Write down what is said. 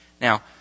now